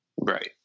Right